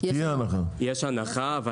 יש הנחה.